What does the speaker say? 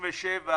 עמותה מספר 87